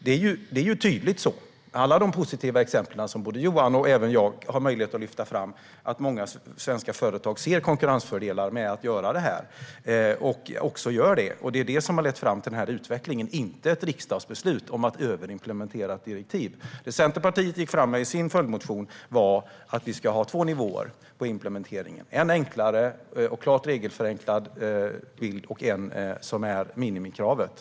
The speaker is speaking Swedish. Det är tydligt. Många svenska företag ser konkurrensfördelar med att göra det här och gör det också. Det är alla de positiva exempel som både Johan och jag har möjlighet att lyfta fram som har lett fram till den här utvecklingen, inte ett riksdagsbeslut om att överimplementera ett direktiv. Det Centerpartiet gick fram med i sin följdmotion var att vi skulle ha två nivåer på implementeringen, en med väsentliga regelförenklingar och en i enlighet med minimikravet.